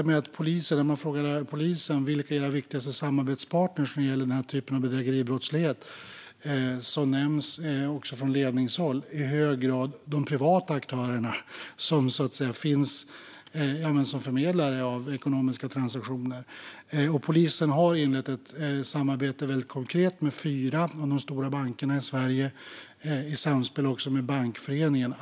När man frågar polisen vilka deras viktigaste samarbetspartner är när det gäller denna typ av bedrägeribrottslighet nämns också från ledningshåll i hög grad de privata aktörerna, som är förmedlare av ekonomiska transaktioner. Polisen har inlett ett väldigt konkret samarbete med fyra av de stora bankerna i Sverige i samspel med Bankföreningen.